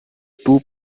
two